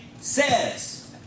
says